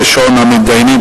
ראשון המתדיינים,